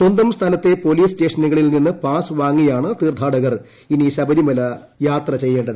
സ്വന്തം സ്ഥലത്തെ പൊലീസ് സ്റ്റേഷനിൽനിന്ന് പാസ് വാങ്ങിയാണു തീർത്ഥാടകർ ഇനി ശബരിമല യാത്ര ചെയ്യേണ്ടത്